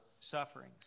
sufferings